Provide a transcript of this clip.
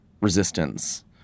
resistance